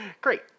great